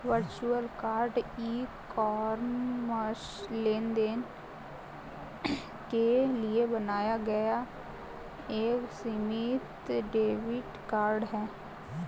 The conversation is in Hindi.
वर्चुअल कार्ड ई कॉमर्स लेनदेन के लिए बनाया गया एक सीमित डेबिट कार्ड है